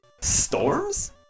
Storms